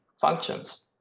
functions